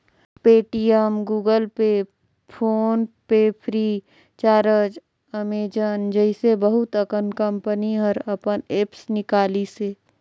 Paytm, Google Pay, PhonePe Freecharge, Amazon जइसे बहुत अकन कंपनी हर अपन ऐप्स निकालिसे